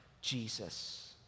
Jesus